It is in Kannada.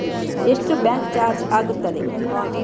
ಎಷ್ಟು ಬ್ಯಾಂಕ್ ಚಾರ್ಜ್ ಆಗುತ್ತದೆ?